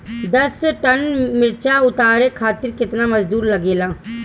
दस टन मिर्च उतारे खातीर केतना मजदुर लागेला?